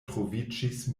troviĝis